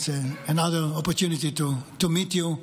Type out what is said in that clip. It is another opportunity to meet you,